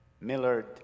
Millard